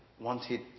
wanted